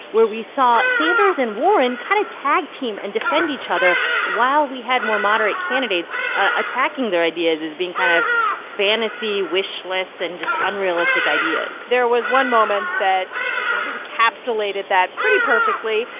where we saw sanders and warren kind of tag team and defend each other while we had more moderate candidates attacking their ideas as being kind of fantasy wish lists and just unrealistic ideas there was one moment that sort of encapsulated that pretty perfectly.